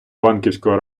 банківського